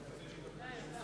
הסביבה נתקבלה.